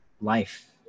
life